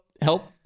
Help